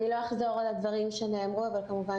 אני לא אחזור על הדברים שנאמרו אבל כמובן